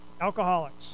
Alcoholics